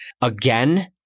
again